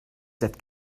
that